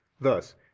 Thus